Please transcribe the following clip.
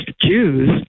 Jews